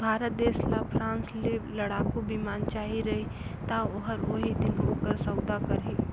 भारत देस ल फ्रांस ले लड़ाकू बिमान चाहिए रही ता ओहर ओही दिन ओकर सउदा करही